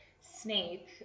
Snape